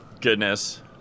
Goodness